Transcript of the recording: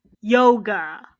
yoga